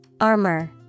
Armor